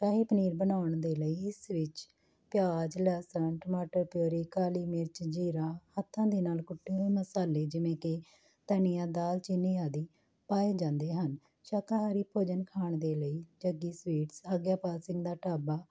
ਸ਼ਾਹੀ ਪਨੀਰ ਬਣਾਉਣ ਦੇ ਲਈ ਇਸ ਵਿੱਚ ਪਿਆਜ਼ ਲਸਣ ਟਮਾਟਰ ਪਿਓਰੀ ਕਾਲੀ ਮਿਰਚ ਜੀਰਾ ਹੱਥਾਂ ਦੇ ਨਾਲ ਕੁੱਟੇ ਹੋਏ ਮਸਾਲੇ ਜਿਵੇਂ ਕਿ ਧਨੀਆ ਦਾਲ ਚੀਨੀ ਆਦਿ ਪਾਏ ਜਾਂਦੇ ਹਨ ਸ਼ਾਕਾਹਾਰੀ ਭੋਜਨ ਖਾਣ ਦੇ ਲਈ ਜੱਗੀ ਸਵੀਟਸ ਆਗਿਆਪਾਲ ਸਿੰਘ ਦਾ ਢਾਬਾ